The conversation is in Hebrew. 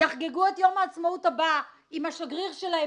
שיחגגו את יום העצמאות הבא עם השגריר שלהם,